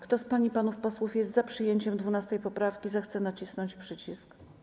Kto z pań i panów posłów jest za przyjęciem 12. poprawki, zechce nacisnąć przycisk.